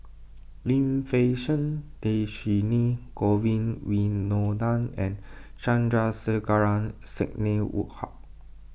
Lim Fei Shen Dhershini Govin Winodan and Sandrasegaran Sidney Woodhull